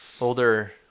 older